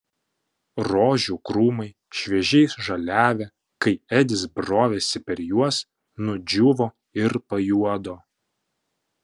rožių krūmai šviežiai žaliavę kai edis brovėsi per juos nudžiūvo ir pajuodo